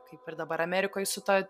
kaip ir dabar amerikoj su ta